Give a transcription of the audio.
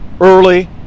early